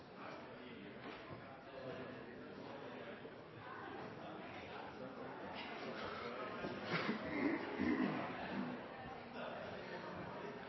ESA, men der